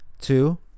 Two